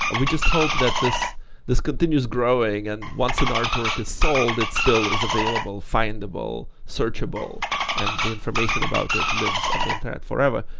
ah we just hope that this this continues growing and once an artwork is sold it still is available, findable, searchable and the information about it lives on the internet forever.